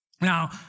Now